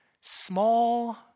small